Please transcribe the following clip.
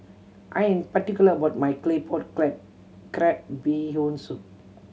I am particular about my claypot crab crab Bee Hoon Soup